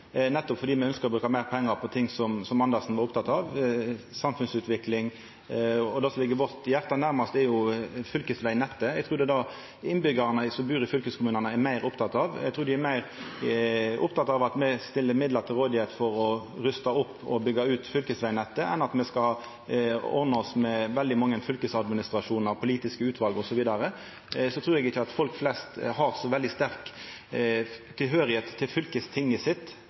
nettopp fordi me ønskjer å bruka meir pengar på ting som representanten Andersen var oppteken av, samfunnsutvikling. Det som ligg vårt hjarte nærast, er fylkesvegnettet, som eg trur innbyggjarane som bur i fylkeskommunane, er meir opptekne av. Eg trur dei er meir opptekne av at me stiller midlar til rådigheit for å rusta opp og byggja ut fylkesvegnettet, enn at me skal ordna oss med veldig mange fylkesadministrasjonar, politiske utval osv. Og så trur eg ikkje folk flest har så veldig sterk tilknyting til fylkestinget sitt